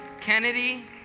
Kennedy